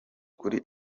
kuri